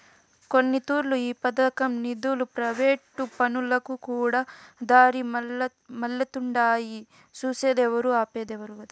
కొన్నితూర్లు ఈ పదకం నిదులు ప్రైవేటు పనులకుకూడా దారిమల్లతుండాయి సూసేదేవరు, ఆపేదేవరు